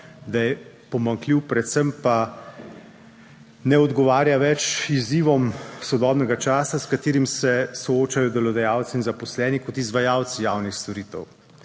da je pomanjkljiv, predvsem pa ne odgovarja več izzivom sodobnega časa, s katerim se soočajo delodajalci in zaposleni kot izvajalci javnih storitev.